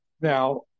Now